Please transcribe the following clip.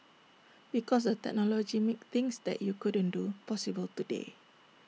because the technology makes things that you couldn't do possible today